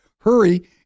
Hurry